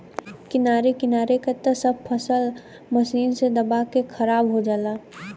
किनारे किनारे क त सब फसल मशीन से दबा के खराब हो जाला